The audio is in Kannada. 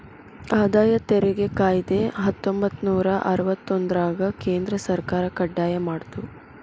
ಆದಾಯ ತೆರಿಗೆ ಕಾಯ್ದೆ ಹತ್ತೊಂಬತ್ತನೂರ ಅರವತ್ತೊಂದ್ರರಾಗ ಕೇಂದ್ರ ಸರ್ಕಾರ ಕಡ್ಡಾಯ ಮಾಡ್ತು